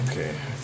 Okay